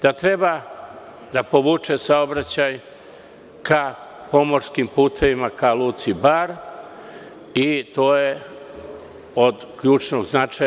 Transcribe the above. Treba da povuče saobraćaj ka pomorskim putevima, ka luci Bar i to je od ključnog značaja.